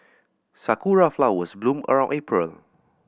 sakura flowers bloom around April